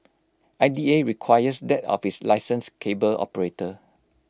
I D A requires that of its licensed cable operator